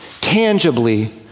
tangibly